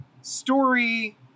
story